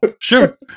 sure